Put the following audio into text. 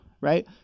Right